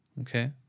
Okay